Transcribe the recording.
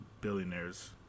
billionaires